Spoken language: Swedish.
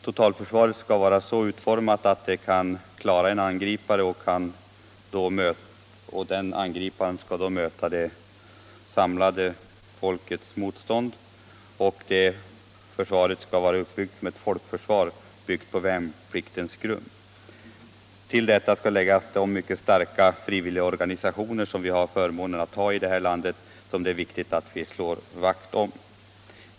Totalförsvaret skall vara så utformat att det kan klara en angripare — och den angriparen skall möta det samlade folkets motstånd. Vidare skall försvaret vara uppbyggt som ett folkförsvar på värnpliktens grund. Till det skall läggas de mycket starka frivilligorganisationer som vi har förmånen att ha i det här landet och som det är viktigt att vi slår vakt om.